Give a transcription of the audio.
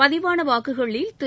பதிவான வாக்குகளில் திரு